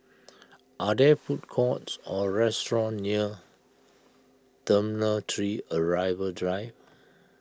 are there food courts or restaurants near Terminal three Arrival Drive